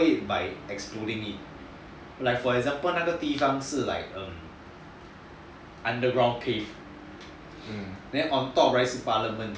it for example 那个地方是 like um underground cave then on top right 是 parliament